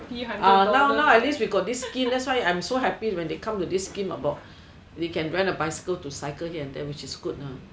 ah now at least we got this scheme that's why I'm so happy when they come to this scheme about you can rent a bicycle to cycle here and there which is good ah